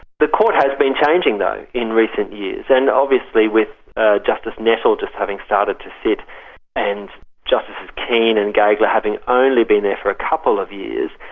the court has been changing though in recent years, and obviously with justice nettle just having started to sit and justices keane and gageler having only been there for a couple of years,